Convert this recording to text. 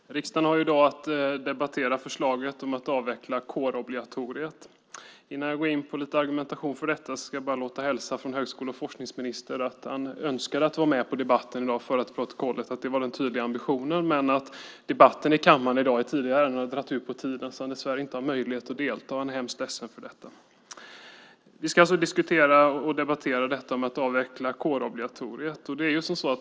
Herr talman! Riksdagen har i dag att debattera förslaget om att avveckla kårobligatoriet. Innan jag går in på lite argumentation för detta ska jag bara framföra en hälsning från högskole och forskningsministern att han önskade att vara med på debatten i dag - jag vill för protokollet säga att det var den tydliga ambitionen - men att debatten i kammaren i dag i tidigare ärenden har dragit ut på tiden så att han dessvärre inte har möjlighet att delta. Han är hemskt ledsen för detta. Vi debatterar alltså att avveckla kårobligatoriet.